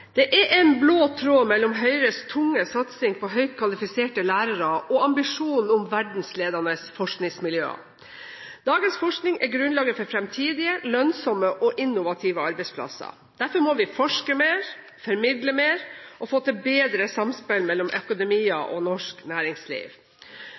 Det er en blå tråd mellom Høyres tunge satsing på høyt kvalifiserte lærere og ambisjonen om verdensledende forskningsmiljøer. Dagens forskning er grunnlaget for fremtidige lønnsomme og innovative arbeidsplasser. Derfor må vi forske mer, formidle mer og få til bedre samspill mellom